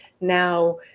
now